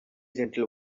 gentle